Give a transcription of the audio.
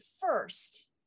first